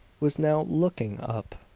was now looking up.